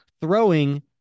throwing